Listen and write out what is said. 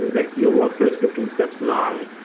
like your workfl ow is fifteen steps long,